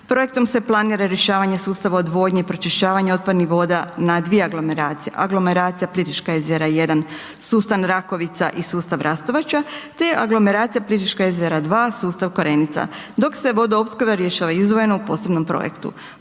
Projektom se planira rješavanje sustava odvodnje i pročišćavanje otpadnih voda na dvije aglomeracije, aglomeracija Plitvička jezera I, sustav Rakovica i sustav Rastovača te aglomeracija Plitvička jezera II, sustav Korenica dok se vodoopskrba rješava izdvojeno u posebnom projektu.